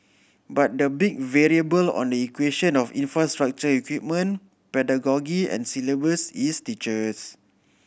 but the big variable in the equation of infrastructure equipment pedagogy and syllabus is teachers